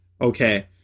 Okay